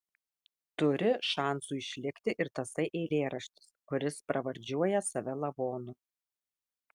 turi šansų išlikti ir tasai eilėraštis kuris pravardžiuoja save lavonu